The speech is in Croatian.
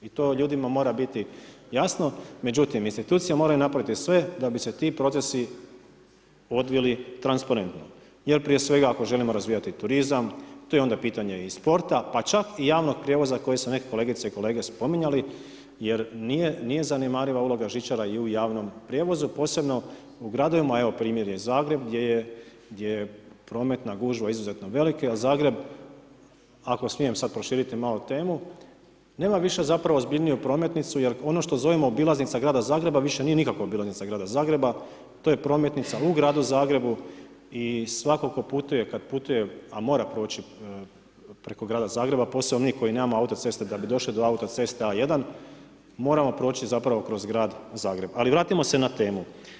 I to ljudima mora biti jasno, međutim, institucije moraju napraviti sve, da bi se ti procesi odvili transparentno, jer prije svega ako želimo razvijati turizam, tu je onda pitanje i sporta pa čak i javnog prijevoza koje su neke kolegice i kolege spominjali, jer nije zanemariva uloga žičara i u javnom prijevozu, posebno, u gradovima, evo primjer je Zagreb, gdje je prometna gužva izuzetno veliki, a Zagreb, ako smijem sada proširiti malo temu, nema više zapravo ozbiljniju prometnicu, jer ono što zovemo obilaznica Grada Zagreba, više nije nikakva obilaznica Grada Zagreba, to je prometnica u Gradu Zagrebu i svatko tko putuje, kada putuje, a mora proći preko Grada Zagreba, posao … koji nemamo autoceste da bi došli do autoceste A1 moramo proći kroz Grad Zagreb, ali vratimo se na temu.